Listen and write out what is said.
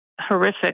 horrific